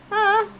ah